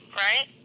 right